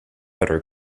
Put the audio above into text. better